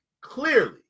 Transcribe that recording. clearly